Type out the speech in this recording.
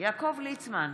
יעקב ליצמן,